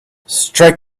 strike